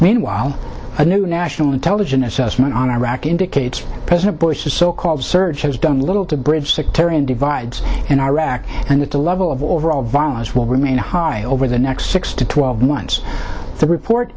meanwhile a new national intelligence assessment on iraq indicates president bush's so called surge has done little to bridge sectarian divides in iraq and that the level of overall violence will remain high over the next six to twelve months the report